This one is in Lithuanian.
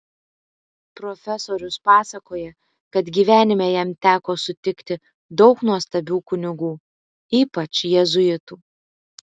profesorius pasakoja kad gyvenime jam teko sutikti daug nuostabių kunigų ypač jėzuitų